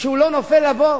והוא לא נופל לבור,